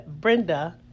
Brenda